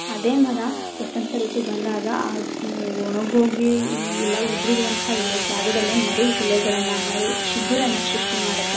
ಅದೇ ಮರ ವಸಂತ ಋತು ಬಂದಾಗ ಅದು ಒಣಗೋಗಿ ಇಲ್ಲ ಉದರಿರುವಂಥ ಎಲೆ ಜಾಗದಲ್ಲೇ ಮರು ಎಲೆಗಳನ್ನ ಮರು ಚಿಗುರನ್ನು ಸೃಷ್ಟಿ ಮಾಡುತ್ತೆ